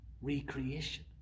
recreation